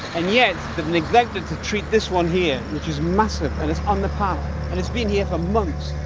and yet they've neglected to treat this one here, which is massive and it's on the path. and it's been here for months.